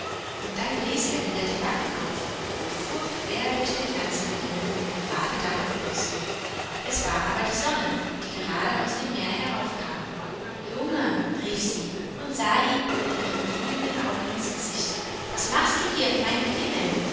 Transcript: und dann blies er wieder die backen auf und fuhr quer durch den ganzen himmel und gerade darauf los es war aber die sonne die gerade aus dem meere heraufkam junge rief sie und sah ihm mit ihren glühenden augen ins gesicht was machst du hier in meinem himmel